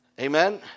amen